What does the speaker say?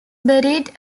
buried